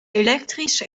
elektrisch